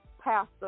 pastor